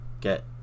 get